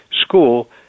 school